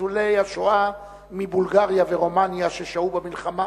שניצולי השואה מבולגריה ומרומניה ששהו במלחמה